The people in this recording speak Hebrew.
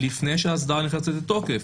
לפני שהאסדרה נכנסת לתוקף.